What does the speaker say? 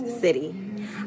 city